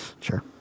Sure